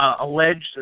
alleged